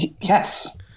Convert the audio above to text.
Yes